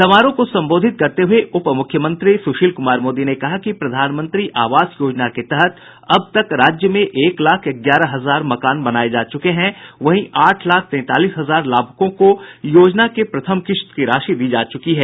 समारोह को संबोधित करते हुए उप मुख्यमंत्री सुशील कुमार मोदी ने कहा कि प्रधानमंत्री आवास योजना के तहत अब तक राज्य में एक लाख ग्यारह हजार मकान बनाये जा चुके हैं वहीं आठ लाख तैंतालीस हजार लाभूकों को योजना के प्रथम किश्त की राशि दी जा चुकी है